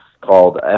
called